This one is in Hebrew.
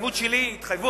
שהתחייבות שלי היא התחייבות,